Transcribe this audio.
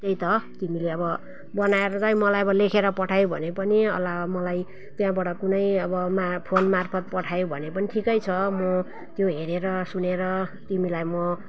त्यही त तिमीले अब बनाएर चाहिँ मलाई अब लेखेर पठायौ भने पनि अथवा मलाई त्यहाँबाट कुनै अब मा फोन मार्फत् पठायौ भने पनि ठिकै छ म त्यो हेरेर सुनेर तिमीलाई म